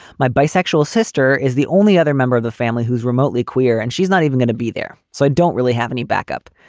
my bisexual sister is the only other member of the family who's remotely queer and she's not even going to be there. so i don't really have any backup.